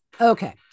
Okay